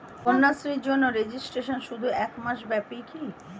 কন্যাশ্রীর জন্য রেজিস্ট্রেশন শুধু এক মাস ব্যাপীই কি?